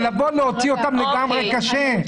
אבל להוציא אותם לגמרי קשה.